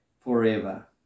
forever